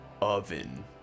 oven